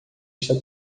está